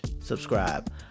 subscribe